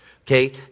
Okay